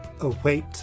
Await